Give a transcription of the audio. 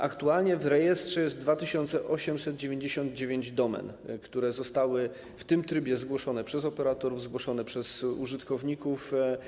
Aktualnie w rejestrze jest 2899 domen, które zostały w tym trybie zgłoszone przez operatorów, zgłoszone przez użytkowników.